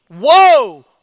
Whoa